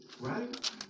right